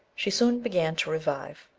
she soon began to revive.